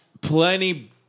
plenty